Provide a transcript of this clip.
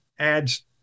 adds